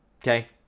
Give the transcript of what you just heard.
okay